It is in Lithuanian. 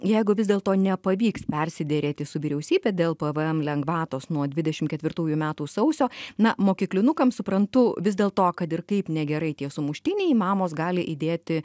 jeigu vis dėlto nepavyks persiderėti su vyriausybe dėl pvm lengvatos nuo dvidešim ketvirtųjų metų sausio na mokyklinukam suprantu vis dėlto kad ir kaip negerai tie sumuštiniai mamos gali įdėti